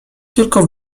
tylko